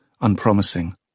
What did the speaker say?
unpromising